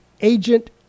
Agent